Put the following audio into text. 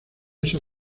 esa